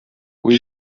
kui